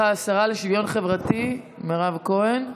השרה לשוויון חברתי מירב כהן.